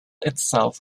itself